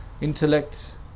Intellect